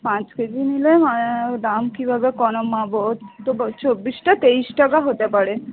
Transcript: পাঁচ কেজি নিলে দাম কীভাবে তো চব্বিশটা তেইশ টাকা হতে পারে